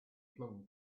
flung